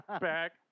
Back